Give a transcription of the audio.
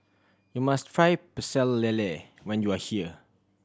you must try Pecel Lele when you are here